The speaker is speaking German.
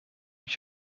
ich